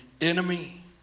enemy